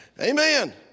Amen